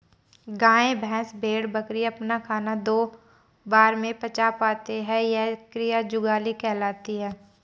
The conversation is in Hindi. गाय, भैंस, भेड़, बकरी अपना खाना दो बार में पचा पाते हैं यह क्रिया जुगाली कहलाती है